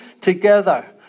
together